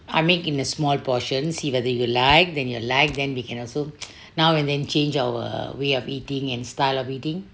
I make in the small portions see whether you like then you like then we also now we change the way of eating style of eating